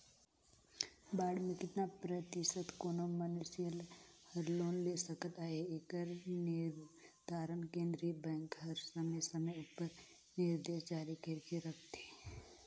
bond में केतना परतिसत कोनो मइनसे हर लोन ले सकत अहे एकर निरधारन केन्द्रीय बेंक हर समे समे उपर निरदेस जारी कइर के रखथे